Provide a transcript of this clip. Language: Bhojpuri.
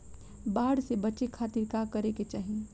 बाढ़ से बचे खातिर का करे के चाहीं?